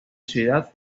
ciudad